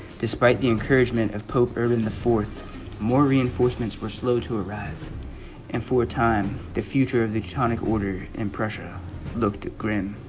despite the encouragement of pope urban the fourth more reinforcements were slow to arrive and for time the future of the tonic order and pressure looked at grim